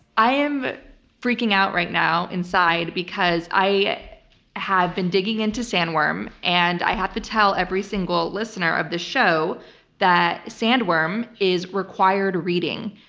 i am freaking out right now inside, because i have been digging into sandworm, and i have to tell every single listener of the show that sandworm is required reading.